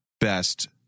best